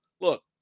look